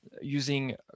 using